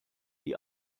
die